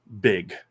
big